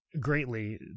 greatly